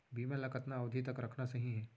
बीमा ल कतना अवधि तक रखना सही हे?